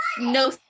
No